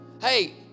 Hey